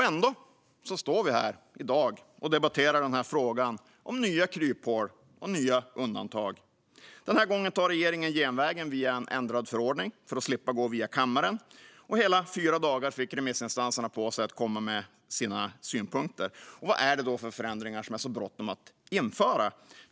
Ändå står vi här i dag och debatterar nya kryphål och nya undantag. Den här gången tar regeringen genvägen via en ändrad förordning för att slippa gå via kammaren. Hela fyra dagar fick remissinstanserna på sig för att komma med synpunkter. Vad är det för förändringar som det är så bråttom att införa?